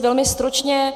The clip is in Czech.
Velmi stručně.